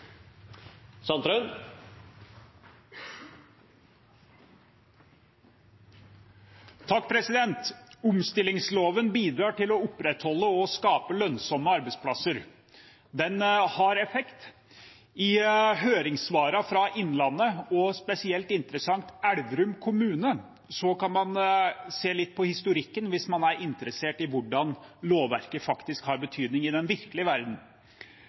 Replikkordskiftet er omme. Omstillingsloven bidrar til å opprettholde og skape lønnsomme arbeidsplasser. Den har effekt. I høringssvarene fra Innlandet og – spesielt interessant – Elverum kommune kan man se litt på historikken, hvis man er interessert i hvordan lovverket faktisk har betydning i den virkelige verden.